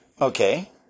Okay